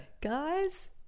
Guys